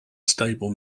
stable